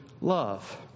love